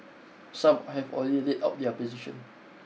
some have already laid out their position